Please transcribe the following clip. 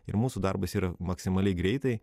ir mūsų darbas yra maksimaliai greitai